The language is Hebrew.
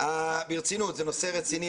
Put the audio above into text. זה נושא רציני,